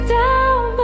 down